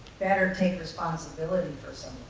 better take responsibility for some